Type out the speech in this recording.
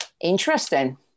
interesting